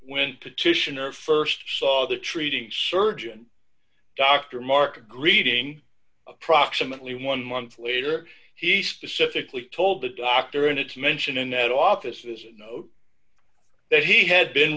when petitioner st saw the treating surgeon dr mark a greeting approximately one month later he specifically told the doctor and it's mentioned in that office as a note that he had been